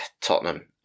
Tottenham